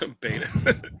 Beta